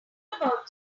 about